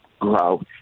grow